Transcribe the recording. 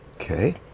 okay